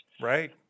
Right